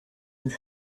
his